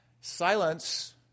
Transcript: Silence